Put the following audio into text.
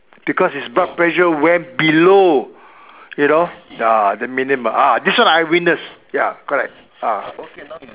because his blood pressure went below you know ah the minimum ah this one I witness ya correct ah